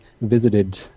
visited